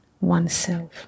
oneself